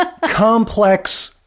complex